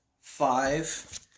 Five